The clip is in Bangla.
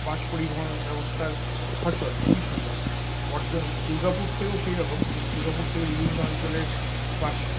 বাস পরিবহন ব্যবস্থার সচল খুবই সচল দুর্গাপুর থেকেও সেরকম দুর্গাপুর থেকে বিভিন্ন অঞ্চলের বাস